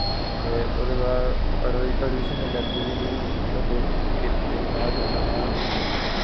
ते उदे बाद एडमिशन लेई लैती दी ही मतलब दो तिन दिन बाद जाना हा